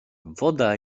woda